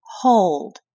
Hold